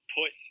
put